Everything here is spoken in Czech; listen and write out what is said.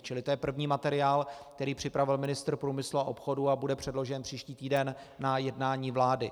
Čili to je první materiál, který připravil ministr průmyslu a obchodu a bude předložen příští týden na jednání vlády.